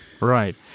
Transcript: Right